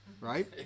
right